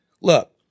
Look